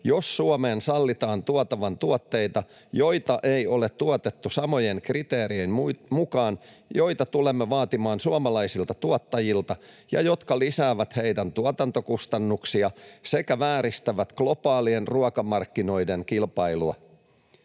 jos Suomeen sallitaan tuotavan tuotteita, joita ei ole tuotettu samojen kriteerien mukaan, joita tulemme vaatimaan suomalaisilta tuottajilta ja jotka lisäävät heidän tuotantokustannuksiaan sekä vääristävät globaalien ruokamarkkinoiden kilpailua.